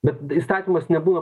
bet įstatymas nebuvo